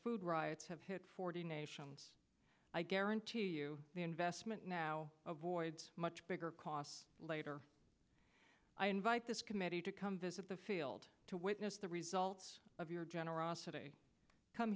food riots have hit forty nations i guarantee you the investment now avoids much bigger costs later i invite this committee to come visit the field to witness the results of your generosity come